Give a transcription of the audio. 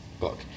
Book